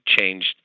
changed